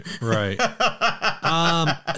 Right